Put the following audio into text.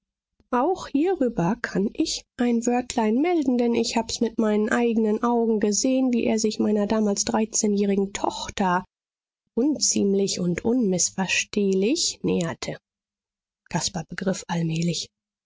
auch hierüber kann ich ein wörtlein melden denn ich hab's mit meinen eignen augen gesehen wie er sich meiner damals dreizehnjährigen tochter unziemlich und unmißverstehlich näherte caspar begriff allmählich